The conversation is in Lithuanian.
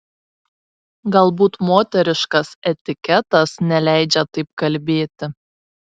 galbūt moteriškas etiketas neleidžia taip kalbėti